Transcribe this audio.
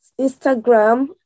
Instagram